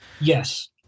Yes